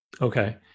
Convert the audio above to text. Okay